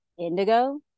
Indigo